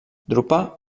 drupa